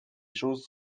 choses